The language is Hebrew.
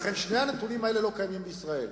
לכן, שני הנתונים האלה לא קיימים בישראל,